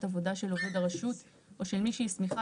עבודה של עובד הרשות או של מי שהסמיכה,